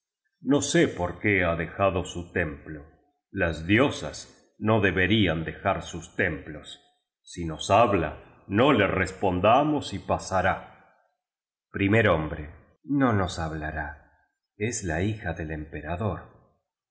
no sé por qué ha dejado su templo las diosas no deberían dejar sus templos si nos habla no le respondamos y pasará primer hombre no nos hablará es la hija del emperador